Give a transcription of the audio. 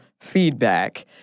feedback